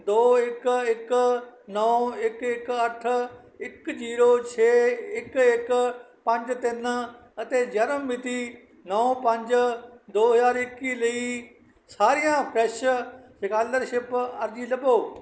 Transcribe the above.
ਦੋ ਇੱਕ ਇੱਕ ਨੌਂ ਇੱਕ ਇੱਕ ਅੱਠ ਇੱਕ ਜੀਰੋ ਛੇ ਇੱਕ ਇੱਕ ਪੰਜ ਤਿੰਨ ਅਤੇ ਜਨਮ ਮਿਤੀ ਨੌਂ ਪੰਜ ਦੋ ਹਜ਼ਾਰ ਇੱਕੀ ਲਈ ਸਾਰੀਆਂ ਫਰੈਸ਼ ਸਕਾਲਰਸ਼ਿਪ ਅਰਜ਼ੀ ਲੱਭੋ